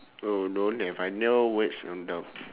oh don't have I never